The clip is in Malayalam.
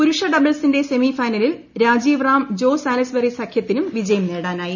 പൂരുഷ ഡബിൾസിന്റെ സൈമിഫൈനലിൽ രാജീവ് റാം ജോ സാലിസ്ബറി സഖ്യത്തിനം വിജയം നേടാനായി